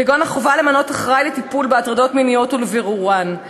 כגון החובה למנות אחראי לטיפול בהטרדות מיניות ולבירורן,